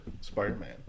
Spider-Man